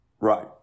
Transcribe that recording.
Right